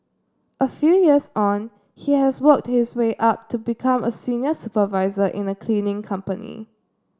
a few years on he has worked his way up to become a senior supervisor in a cleaning company